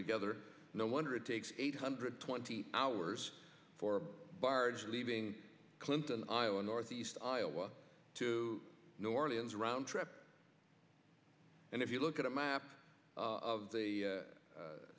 together no wonder it takes eight hundred twenty hours for barge leaving clinton iowa northeast iowa to new orleans roundtrip and if you look at a map of the